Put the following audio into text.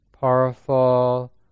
powerful